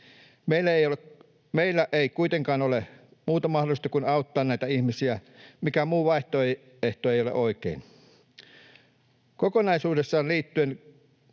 Meillä ei kuitenkaan ole muuta mahdollisuutta kuin auttaa näitä ihmisiä — mikään muu vaihtoehto ei ole oikein. Kokonaisuudessaan kunnille